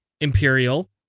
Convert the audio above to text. imperial